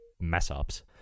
mess-ups